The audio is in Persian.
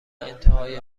انتهای